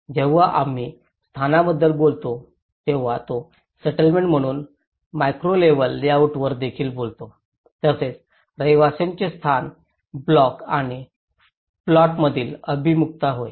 जेव्हा आम्ही स्थानाबद्दल बोलतो तेव्हा तो सेटलमेंट म्हणून मॅक्रो लेव्हल लेआउटवर देखील बोलतो तसेच रहिवासीचे स्थान ब्लॉक आणि प्लॉटमधील अभिमुखता होय